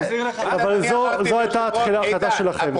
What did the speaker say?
--- אבל זו הייתה ההחלטה שלכם.